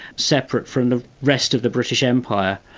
separate from the rest of the british empire,